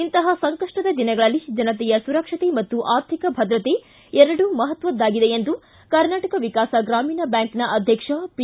ಇಂತಹ ಸಂಕಷ್ಷದ ದಿನಗಳಲ್ಲಿ ಜನತೆಯ ಸುರಕ್ಷತೆ ಮತ್ತು ಆರ್ಥಿಕ ಭದ್ರತೆ ಎರಡೂ ಮಹತ್ವದ್ದಾಗಿದೆ ಎಂದು ಕರ್ನಾಟಕ ವಿಕಾಸ ಗಾಮೀಣ ಬ್ಯಾಂಕ್ನ ಅಧ್ಯಕ್ಷ ಪಿ